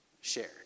shared